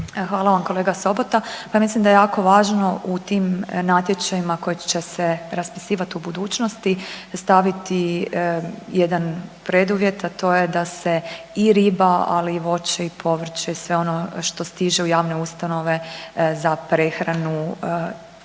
Hvala vam kolega Sobota. Pa ja mislim da je jako važno u tim natječajima koji će se raspisivati u budućnosti staviti jedan preduvjet, a to je da se i riba, ali i voće i povrće i sve ono što stiže u javne ustanove za prehranu s